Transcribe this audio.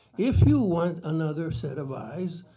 if you want another set of eyes,